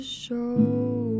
show